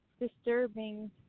disturbing